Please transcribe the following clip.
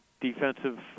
defensive